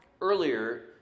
earlier